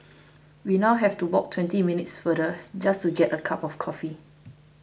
we now have to walk twenty minutes farther just to get a cup of coffee